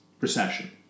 recession